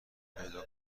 پیدا